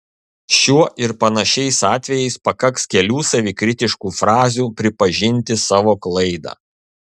šiuo ir panašiais atvejais pakaks kelių savikritiškų frazių pripažinti savo klaidą